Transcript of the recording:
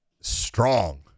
strong